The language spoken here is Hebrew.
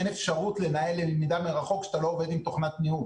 אין אפשרות לנהל למידה מרחוק כשאתה לא עובד עם תוכנת ניהול.